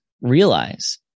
realize